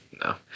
no